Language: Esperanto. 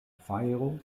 fajro